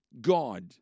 God